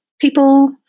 people